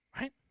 right